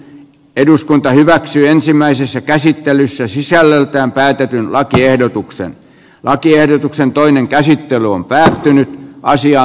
eduskunta hyväksyi ensimmäisessä käsittelyssä sisällöltään päätetyn lakiehdotuksen lakiehdotuksen toinen käsittely on päättynyt naisia